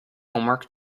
homework